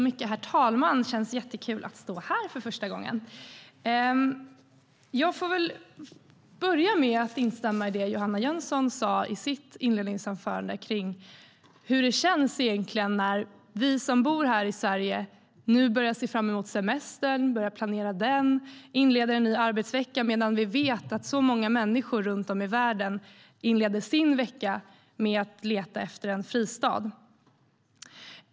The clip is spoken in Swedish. Herr talman! Det känns jättekul att stå här för första gången. Jag börjar med att instämma i det som Johanna Jönsson sa i sitt inledningsanförande om hur det egentligen känns när vi som bor här i Sverige nu börjar se fram emot semestern, börjar planera den och inleder en ny arbetsvecka, medan vi vet att så många människor runt om i världen inleder sin vecka med att leta efter en fristad.